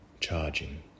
charging